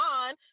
on